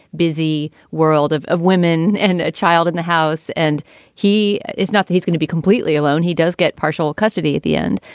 busy world of of women and a child in the house. and he is not he's going to be completely alone. he does get partial custody at the end.